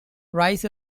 rise